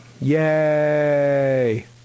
Yay